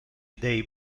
dei